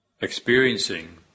experiencing